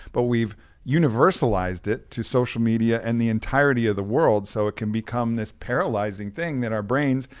but we've universalized it to social media and the entirety of the world, so it can become this paralyzing thing that our brains,